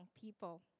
people